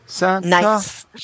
Nice